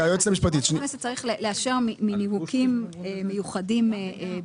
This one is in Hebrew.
הכנסת מאשר מנימוקים מיוחדים.